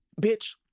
Bitch